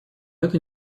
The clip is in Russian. это